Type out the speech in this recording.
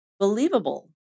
believable